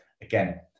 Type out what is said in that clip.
again